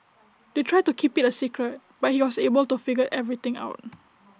they tried to keep IT A secret but he was able to figure everything out